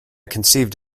conceived